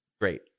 Great